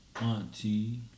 Auntie